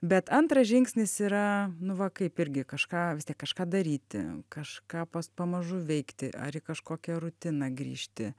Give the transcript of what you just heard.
bet antras žingsnis yra nu va kaip irgi kažką vis tiek kažką daryti kažką pamažu veikti ar į kažkokią rutiną grįžti